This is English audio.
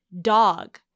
dog